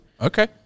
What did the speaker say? Okay